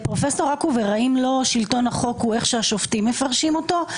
האם לא שלטון החוק הוא לא כפי שהשופטים מפרשים אותו?